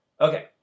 Okay